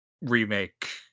remake